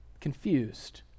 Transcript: Confused